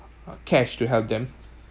cash to help them